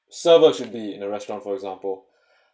server should be in a restaurant for example